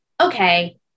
okay